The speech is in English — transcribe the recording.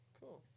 Cool